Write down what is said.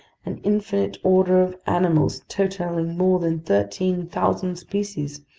an infinite order of animals totaling more than thirteen thousand species,